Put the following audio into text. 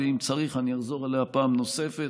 ואם צריך אני אחזור עליה פעם נוספת: